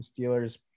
Steelers